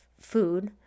food